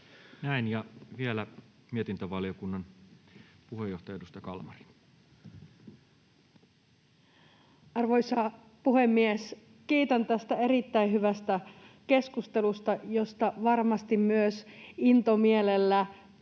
Näin. — Ja vielä mietintövaliokunnan puheenjohtaja, edustaja Kalmari. Arvoisa puhemies! Kiitän tästä erittäin hyvästä keskustelusta, josta varmasti myös intomielellä työn